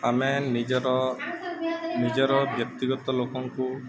ଆମେ ନିଜର ନିଜର ବ୍ୟକ୍ତିଗତ ଲୋକଙ୍କୁ